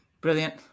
Brilliant